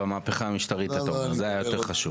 במהפכה המשטרית אתה אומר זה היה יותר חשוב.